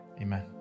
amen